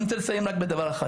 אני רוצה לסיים בדבר אחד.